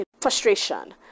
frustration